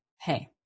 Hey